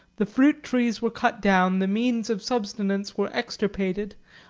the fruit-trees were cut down, the means of subsistence were extirpated,